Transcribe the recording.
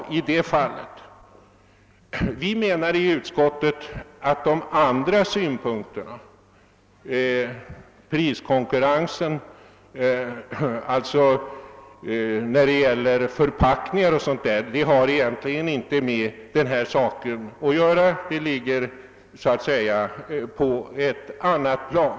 Vi i utskottet menar att det som har sagts om priskonkurrensen, om för packningar osv. egentligen inte har med denna sak att göra utan ligger, så att säga, på ett annat plan.